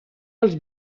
als